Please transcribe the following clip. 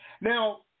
Now